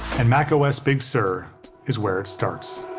and macos big sur is where it starts.